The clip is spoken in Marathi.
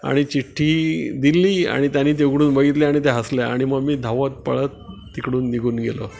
आणि चिठ्ठी दिल्ली आणि त्यांनी ते उघडून बघितली आणि त्या हसल्या आणि मग मी धावत पळत तिकडून निघून गेलो